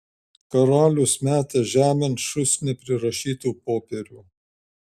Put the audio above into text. karalius metė žemėn šūsnį prirašytų popierių